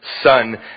Son